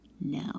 no